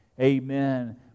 Amen